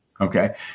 Okay